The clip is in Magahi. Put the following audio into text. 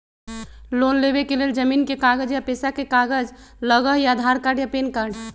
लोन लेवेके लेल जमीन के कागज या पेशा के कागज लगहई या आधार कार्ड या पेन कार्ड?